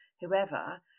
whoever